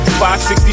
560